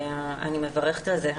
אני מברכת על זה.